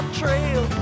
trail